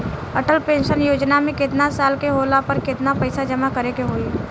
Atal pension Yojana मे केतना साल के होला पर केतना पईसा जमा करे के होई?